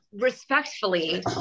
respectfully